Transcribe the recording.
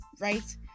right